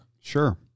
sure